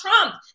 Trump